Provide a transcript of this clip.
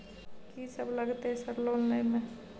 कि सब लगतै सर लोन लय में?